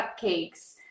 cupcakes